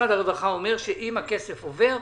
משרד הרווחה אומר שאם הכסף עובר,